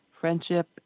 friendship